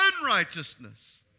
unrighteousness